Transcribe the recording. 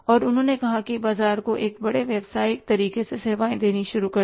और उन्होंने बाजार को एक बड़े व्यवसाय तरीके से सेवाएँ देनी शुरू की